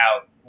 out